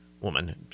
woman